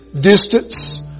distance